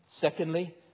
Secondly